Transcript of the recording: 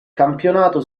campionato